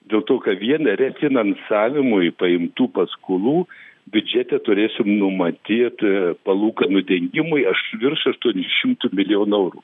dėl to kad vieneri refinansavimui paimtų paskolų biudžete turėsim numatyt palūkanų dengimui aš virš aštuoni šimtų milijonų eurų